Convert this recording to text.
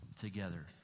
together